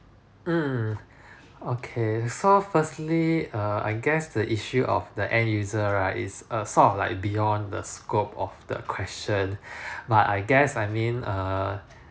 um okay so firstly err I guess the issue of the end user right is err sort of like beyond the scope of the question but I guess I mean err